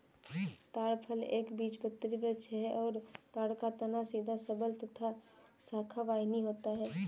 ताड़ फल एक बीजपत्री वृक्ष है और ताड़ का तना सीधा सबल तथा शाखाविहिन होता है